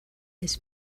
his